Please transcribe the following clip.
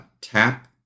Tap